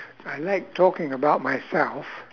I like talking about myself